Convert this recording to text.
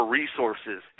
resources